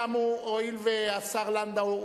הואיל והשר לנדאו,